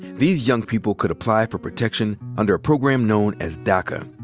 these young people could apply for protection under a program known as daca,